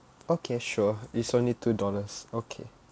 okay sure it's only two dollars okay